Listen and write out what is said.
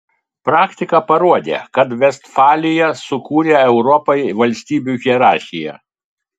praktika parodė kad vestfalija sukūrė europai valstybių hierarchiją